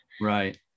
right